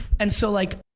and so like.